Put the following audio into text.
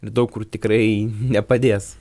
ir daug kur tikrai nepadės